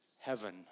Heaven